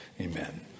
amen